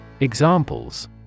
Examples